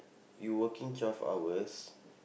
you working twelve hours